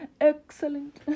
excellent